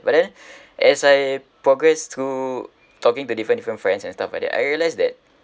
but then as I progress to talking to different different friends and stuff like that I realised that